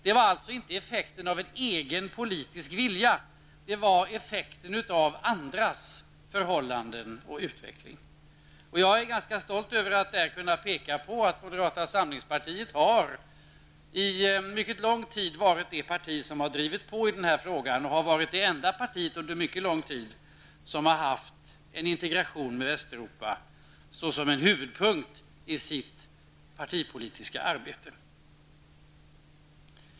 Det var alltså inte effekten av en egen politisk vilja. Det var effekten av andras förhållanden och utveckling. Jag är ganska stolt över att kunna peka på att moderata samlingspartiet under lång tid varit det parti som drivit på i den här frågan. Vi har under en lång tid varit det enda parti som har haft en integration med Västeuropa som en huvudpunkt i vårt partipolitiska arbete.